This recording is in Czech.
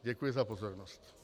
Děkuji za pozornost.